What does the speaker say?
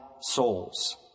souls